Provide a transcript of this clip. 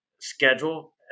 schedule